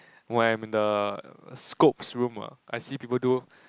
when I'm in the scopes room ah I see people do